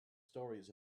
stories